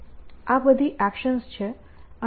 આ બધી એક્શન છે અને કોઈકે નિર્ણય લેવો પડે છે